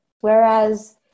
Whereas